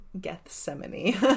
Gethsemane